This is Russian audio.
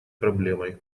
проблемой